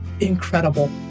incredible